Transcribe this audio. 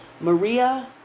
Maria